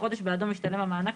בחודש בעדו משתלם המענק,